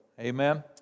Amen